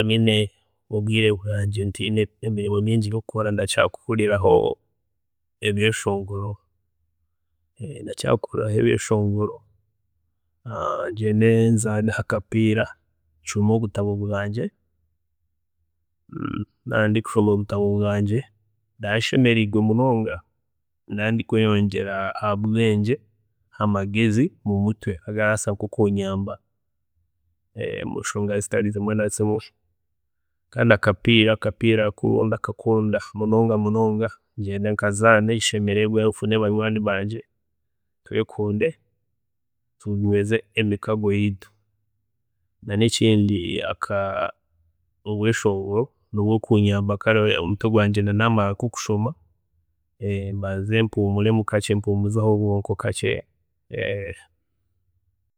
﻿Naaba nyine obwiire bwangye ntiine emirimo mingi yokukora ndakira kuhurira ebyeshongoro, ngyende nzaaneho akapiira, nshome obutabo bwaangye, naaba ndi kushoma obutabo bwangye ndaba nshemeriirwe munonga ndaba ndi kweyongyera ahabwengye, amagezi mumutwe agarabaasa nkokunyamba omunshonga zitari zimwe na zimwe kandi akapiira ko ndakakunda munonga munonga, ndenda nkazaane nshemererwe nfune banywaani bangye twekunde tunyweze emikago yeitu na nekindi mubweshongoro nobwokunyamba nkomutwe gwangye namara nkokushoma, mbanze mpumuremu kakye, mpumuze obwonko kakye